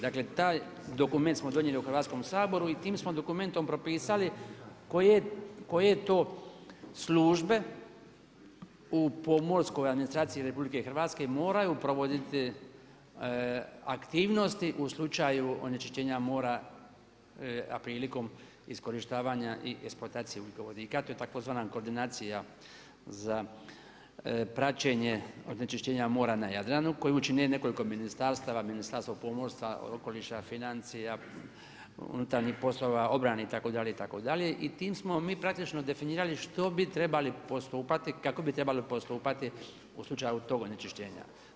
Dakle taj dokument smo donijeli u Hrvatskom saboru i tim smo dokumentom propisali koje to službe u pomorskoj administraciji RH moraju provoditi aktivnosti u slučaju onečišćenja mora, a prilikom iskorištavanja i eksploataciji ugljikovodika to je tzv. koordinacija za praćenje onečišćenja mora na Jadranu koje čini nekoliko ministarstava, Ministarstvo pomorstva, okoliša, financija, unutarnjih poslova, obrane itd., itd. i tim smo mi praktično definirali što bi trebali postupati, kako bi trebali postupati u slučaju tog onečišćenja.